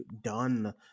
done